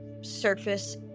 surface